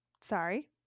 sorry